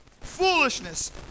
foolishness